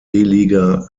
liga